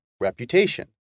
reputation